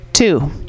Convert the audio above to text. Two